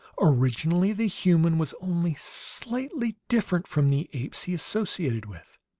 originally the human was only slightly different from the apes he associated with.